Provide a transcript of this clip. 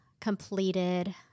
completed